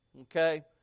Okay